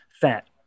fat